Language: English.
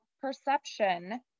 perception